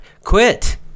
quit